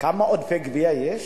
כמה עודפי גבייה יש?